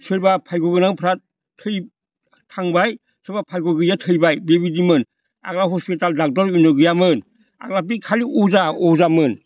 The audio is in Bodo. सोरबा भाग्य' गोनांफ्रा थै थांबाय सोरबा भाग्य' गैयिया थैबाय बेबिदिमोन आगोलाव हस्पिटाल ड'क्टर एनु गैयामोन आग्ला बे खालि अजा अजामोन